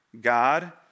God